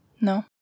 no